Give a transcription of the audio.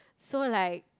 so like